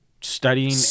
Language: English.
studying